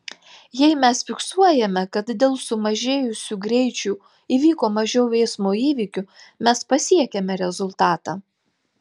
jei mes fiksuojame kad dėl sumažėjusių greičių įvyko mažiau eismo įvykių mes pasiekiame rezultatą